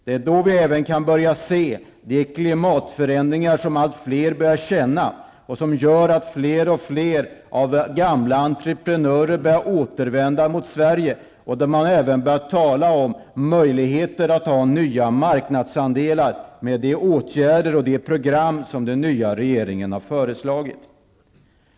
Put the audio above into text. Det är då vi kan börja se de klimatförändringar som allt fler börjar känna och som gör att allt fler entreprenörer börjar återvända till Sverige och även talar om möjligheter att ta nya marknadsandelar, i och med de åtgärder och program som den nya regeringen har föreslagit.